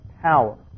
power